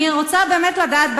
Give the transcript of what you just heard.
אני רוצה באמת לדעת,